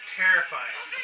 terrifying